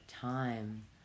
time